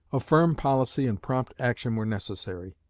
a firm policy and prompt action were necessary.